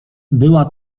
była